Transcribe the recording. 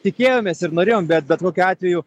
tikėjomės ir norėjome bet bet kokiu atveju